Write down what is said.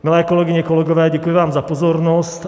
Milé kolegyně, kolegové, děkuji vám za pozornost.